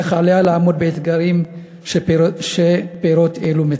אך עליה לעמוד באתגרים שפירות אלו מציבים.